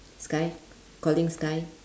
sky calling sky